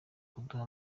kuduha